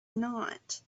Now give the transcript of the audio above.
not